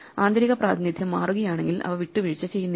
ആന്തരിക പ്രാതിനിധ്യം മാറുകയാണെങ്കിൽ അവ വിട്ടുവീഴ്ച ചെയ്യുന്നില്ല